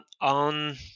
on